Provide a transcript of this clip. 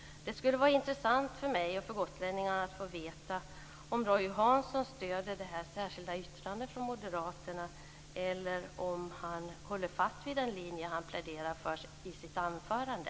Det skulle vara intressant för mig och för gotlänningarna att få veta om Roy Hansson stöder det särskilda yttrandet från moderaterna, eller om han håller fast vid den linje han pläderar för i sitt anförande.